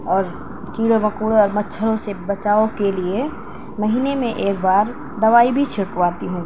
اور کیڑے مکوڑے اور مچھروں سے بچاؤ کے لیے مہینے میں ایک بار دوائی بھی چھڑکواتی ہوں